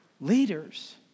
leaders